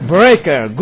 Breaker